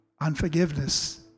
unforgiveness